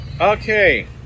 Okay